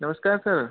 नमस्कार सर